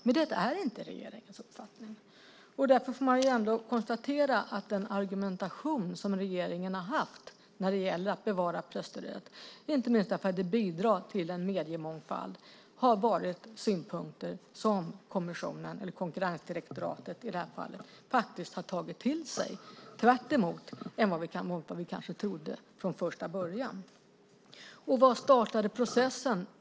Men det är inte regeringens uppfattning, och därför får man ändå konstatera att den argumentation som regeringen har haft när det gäller att bevara presstödet, inte minst därför att det bidrar till en mediemångfald, har varit synpunkter som kommissionen, eller i det här fallet konkurrensdirektoratet, faktiskt har tagit till sig, tvärtemot vad många av oss kanske trodde från första början. Var startade processen?